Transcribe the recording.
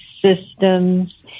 systems